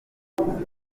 yashimiwe